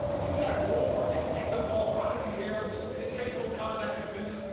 and when you got to go over and get the ball out of the air and and take a little contact and finish,